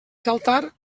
saltar